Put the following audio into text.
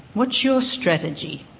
what's your strategy?